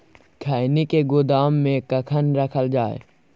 खैनी के गोदाम में कखन रखल जाय?